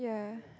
yeah